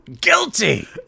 Guilty